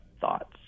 thoughts